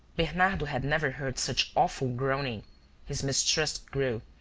bernardo had never heard such awful groaning his mistrust grew,